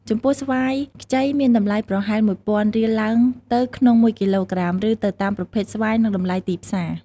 ចំពោះ ស្វាយខ្ចីមានតម្លៃប្រហែល១ពាន់រៀលឡើងទៅក្នុងមួយគីឡូក្រាម ឬទៅតាមប្រភេទស្វាយនិងតម្លៃទីផ្សារ។